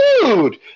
Dude